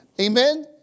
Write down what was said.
amen